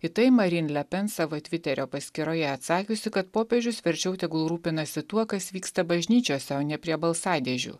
į tai marin lepen savo tviterio paskyroje atsakiusi kad popiežius verčiau tegul rūpinasi tuo kas vyksta bažnyčiose o ne prie balsadėžių